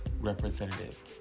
representative